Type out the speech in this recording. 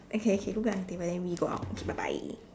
okay okay put back on the table then we go out okay bye bye